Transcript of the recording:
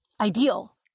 ideal